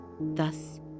Thus